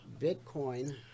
Bitcoin